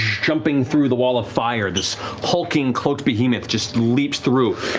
jumping through the wall of fire, this hulking, cloaked behemoth just leaps through.